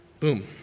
Boom